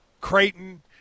Creighton